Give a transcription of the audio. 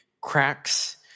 cracks